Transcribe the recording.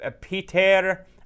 Peter